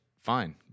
fine